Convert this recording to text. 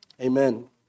Amen